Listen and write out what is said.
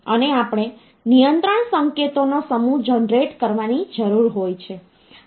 અને આપણે નિયંત્રણ સંકેતોનો સમૂહ જનરેટ કરવાની જરૂર હોય છે